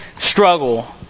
struggle